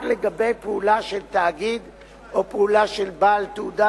רק לגבי פעולה של תאגיד או פעולה של בעל תעודה